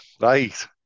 right